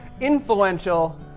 influential